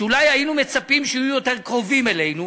שאולי היינו מצפים שיהיו יותר קרובים אלינו"